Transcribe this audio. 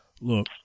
Look